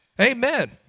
Amen